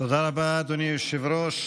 תודה רבה, אדוני היושב-ראש.